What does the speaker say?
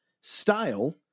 style